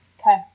Okay